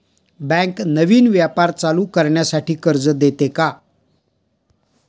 Bank नवीन व्यापार चालू करण्यासाठी कर्ज देते का?